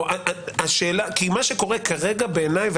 כי מה שקורה כרגע בעיניי,